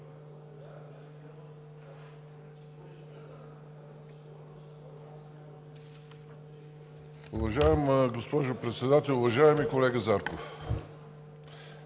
Уважаема госпожо Председател! Уважаеми колега Зарков,